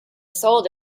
sold